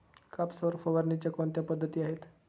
कापसावर फवारणीच्या कोणत्या पद्धती आहेत?